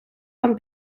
вам